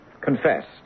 confessed